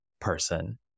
person